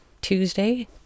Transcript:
Tuesday